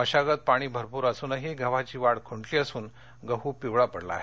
मशागत पाणी भरपूर असूनही गव्हाची वाढ खुंटली असून गहू पिवळा पडला आहे